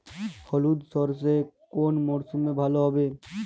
হলুদ সর্ষে কোন মরশুমে ভালো হবে?